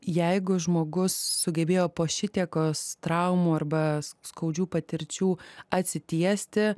jeigu žmogus sugebėjo po šitiekos traumų arba skaudžių patirčių atsitiesti